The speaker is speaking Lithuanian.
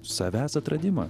savęs atradimą